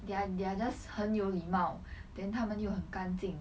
they are they are just 很有礼貌 then 他们又很干净